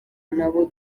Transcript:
nabo